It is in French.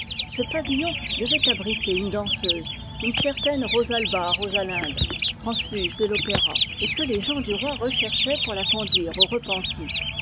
ce pavillon devait abriter une danseuse une certaine rosalbarosalinde transfuge de l'opéra et que les gens du roi recherchaient pour la conduire aux repenties